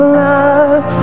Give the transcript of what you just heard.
love